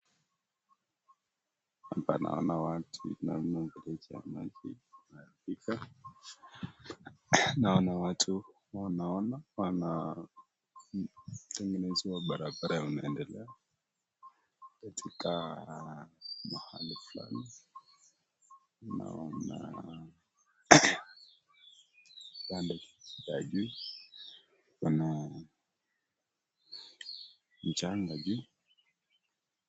Hapa naona watu naona mfereji maji kuharibika. Naona watu wanaona wanatengenezewa barabara inaendelea katika mahali fulani. Naona kando ya juu mchanga juu.